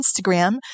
Instagram